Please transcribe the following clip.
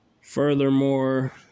Furthermore